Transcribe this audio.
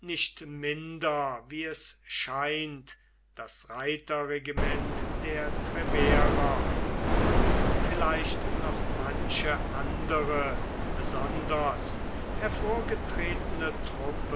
nicht minder wie es scheint das reiterregiment der treverer und vielleicht noch manche andere besonders hervorgetretene